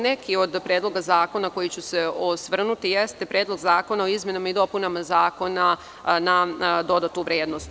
Neki od predloga zakona na koji ću se osvrnuti jeste Predlog zakona o izmenama i dopunama Zakona na dodatnu vrednost.